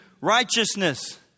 righteousness